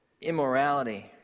immorality